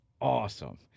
awesome